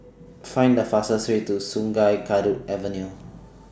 Find The fastest Way to Sungei Kadut Avenue